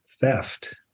theft